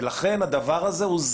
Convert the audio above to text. לכן זה זמני.